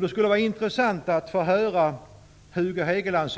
Det skulle vara intressant att få höra Hugo Hegelands